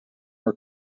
her